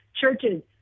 churches